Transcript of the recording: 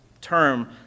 term